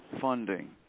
funding